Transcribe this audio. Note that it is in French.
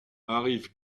arrive